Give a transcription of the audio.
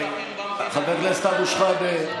חבר הכנסת אבו שחאדה.